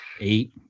eight